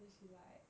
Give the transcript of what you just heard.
then she like